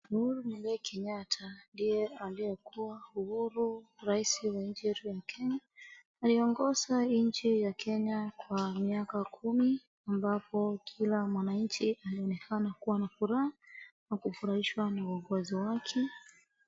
Uhuru Muigai Kenyatta ndiye aliyekuwa rais wa nchi yetu ya Kenya. Aliongoza nchi ya Kenya kwa miaka kumi, ambapo kila mwananchi alionekana kuwa na furaha na kufurahishwa na uongozi wake.